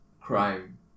Crime